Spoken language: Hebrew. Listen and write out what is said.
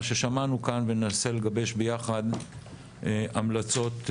ששמענו כאן וננסה לגבש ביחד המלצות לעתיד.